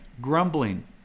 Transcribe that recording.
grumbling